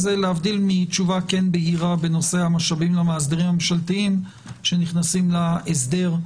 להבדיל מתשובה בהירה בנושא המשאבים למאסדרים הממשלתיים שנכנסים להסדר,